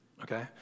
okay